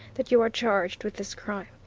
that you are charged with this crime.